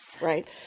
right